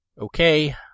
okay